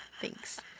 thanks